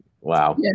Wow